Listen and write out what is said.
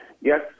yes